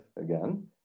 again